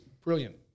brilliant